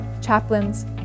chaplains